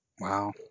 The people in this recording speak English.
Wow